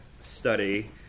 study